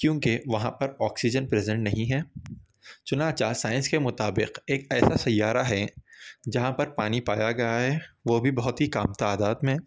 کیونکہ وہاں پر آکسیجن پریزینٹ نہیں ہے چنانچہ سائنس کے مطابق ایسا سیارہ ہے جہاں پر پانی پایا گیا ہے وہ بھی بہت ہی کم تعداد میں